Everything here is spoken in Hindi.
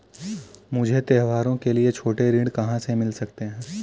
मुझे त्योहारों के लिए छोटे ऋण कहाँ से मिल सकते हैं?